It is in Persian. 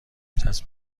چسب